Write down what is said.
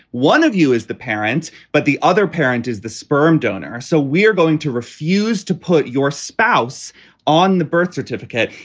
one of you is the parents. but the other parent is the sperm donor. so we're going to refuse to put your spouse on the birth certificate,